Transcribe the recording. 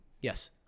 Yes